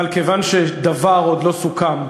אבל כיוון שדבר עוד לא סוכם,